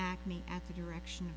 acne at the direction